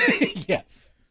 Yes